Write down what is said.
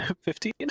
Fifteen